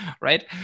right